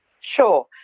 Sure